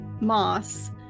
moss